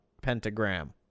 pentagram